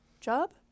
job